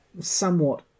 somewhat